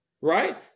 right